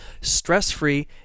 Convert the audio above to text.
stress-free